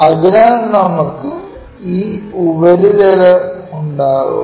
അതിനാൽ നമുക്ക് ഈ ഉപരിതലമുണ്ടാകും